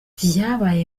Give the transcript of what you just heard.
vyabaye